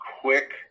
quick